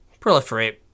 proliferate